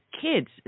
kids